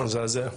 מזעזע.